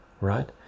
right